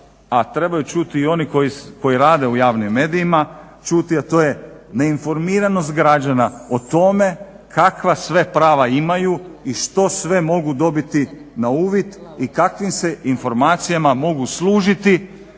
a trebaju čuti i oni koji rade u javnim medijima čuti a to je neinformiranost građana o tome kakva sve prava imaju i što sve mogu dobiti na uvid i kakvim se informacijama mogu služiti